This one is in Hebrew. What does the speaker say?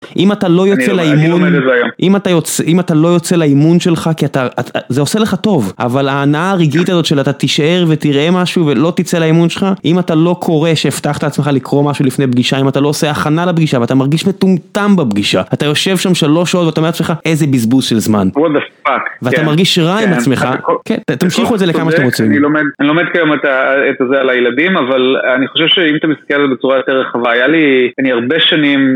אם אתה לא יוצא לאימון, אם אתה לא יוצא לאימון שלך כי אתה, זה עושה לך טוב, אבל ההנאה הרגעית הזו של אתה תישאר ותראה משהו ולא תצא לאימון שלך, אם אתה לא קורא שהבטחת לעצמך לקרוא משהו לפני פגישה, אם אתה לא עושה הכנה לפגישה ואתה מרגיש מטומטם בפגישה. אתה יושב שם שלוש שעות ואתה אומר לעצמך: ״איזה בזבוז של זמן״ ואתה מרגיש רע עם עצמך. כן, תמשיכו את זה לכמה שאתם רוצים. אני לומד כאילו את זה על הילדים, אבל אני חושב שאם אתה מסתכל על זה בצורה יותר רחבה, היה לי… אני הרבה שנים.